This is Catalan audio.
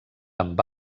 amb